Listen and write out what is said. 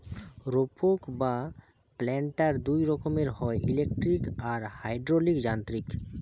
রোপক বা প্ল্যান্টার দুই রকমের হয়, ইলেকট্রিক আর হাইড্রলিক যান্ত্রিক